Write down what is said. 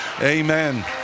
amen